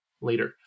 later